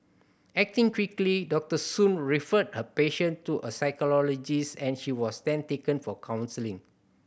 acting quickly Doctor Soon referred her patient to a psychologist and she was then taken for counselling